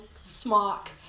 smock